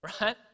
right